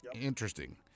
Interesting